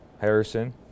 Harrison